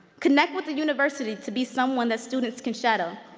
connect with the university to be someone that students can shadow,